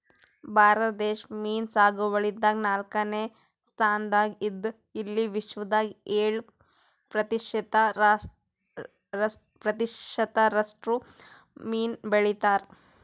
ಭಾರತ ದೇಶ್ ಮೀನ್ ಸಾಗುವಳಿದಾಗ್ ನಾಲ್ಕನೇ ಸ್ತಾನ್ದಾಗ್ ಇದ್ದ್ ಇಲ್ಲಿ ವಿಶ್ವದಾಗ್ ಏಳ್ ಪ್ರತಿಷತ್ ರಷ್ಟು ಮೀನ್ ಬೆಳಿತಾವ್